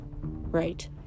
right